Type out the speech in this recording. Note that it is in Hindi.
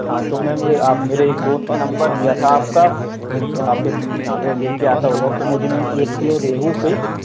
हाँ तो मैम यह आप मेरे एक दोस्त ने नम्बर दिया था आपका आपके यहाँ से लेकर आता होगा तो मुझे मैम एक किलो रेहू फिश